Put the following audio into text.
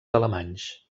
alemanys